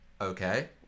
Okay